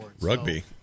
Rugby